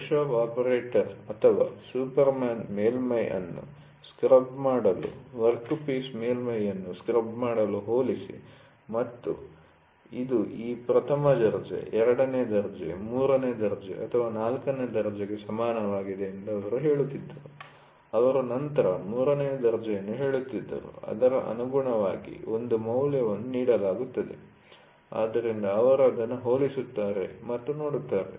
workshop operator ಅಥವಾ superman ಮೇಲ್ಮೈ ಅನ್ನು ಸ್ಕ್ರಐಬ್ ಮಾಡಲು ವರ್ಕ್ಪೀಸ್ ಮೇಲ್ಮೈ ಅನ್ನು ಸ್ಕ್ರಐಬ್ ಮಾಡಲು ಹೋಲಿಸಿ ಮತ್ತು ಇದು ಈ ಪ್ರಥಮ ದರ್ಜೆ ಎರಡನೇ ದರ್ಜೆ ಮೂರನೇ ದೊಡ್ಡ ಅಥವಾ ನಾಲ್ಕನೇ ದರ್ಜೆಗೆ ಸಮಾನವಾಗಿದೆ ಎಂದು ಹೇಳುತ್ತಿದ್ದರು ಅವರು ನಂತರ ಮೂರನೇ ದರ್ಜೆಯನ್ನು ಹೇಳುತ್ತಿದ್ದರು ಅದಕ್ಕೆ ಅನುಗುಣವಾಗಿ ಒಂದು ಮೌಲ್ಯವನ್ನು ನೀಡಲಾಗುತ್ತದೆ ಆದ್ದರಿಂದ ಅವರು ಅದನ್ನು ಹೋಲಿಸುತ್ತಾರೆ ಮತ್ತು ನೋಡುತ್ತಾರೆ